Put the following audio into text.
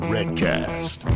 Redcast